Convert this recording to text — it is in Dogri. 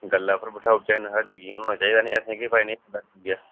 गल्ला पर बठाऊ उड़चे इन्ना हारा यकीन होना चाहिदा नी असेंगी